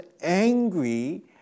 angry